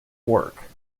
work